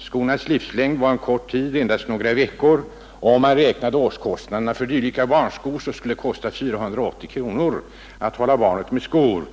Skornas livslängd var kort, endast några veckor. Om man räknade årskostnaderna för dylika barnskor skulle det kosta 480 kronor att hålla barnet med sådana skor